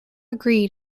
agreed